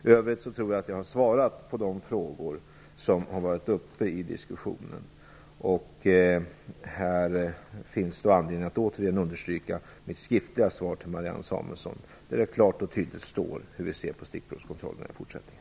I övrigt tror jag att jag har svarat på de frågor som har varit uppe i diskussionen. Det finns anledning att återigen understryka mitt skriftliga svar till Marianne Samuelsson. Där står det klart och tydligt hur vi ser på stickprovskontrollerna i fortsättningen.